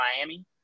Miami